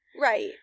Right